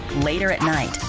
later at night,